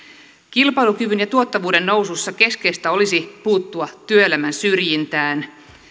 kilpailukyvyn ja tuottavuuden nousussa keskeistä olisi puuttua työelämän syrjintään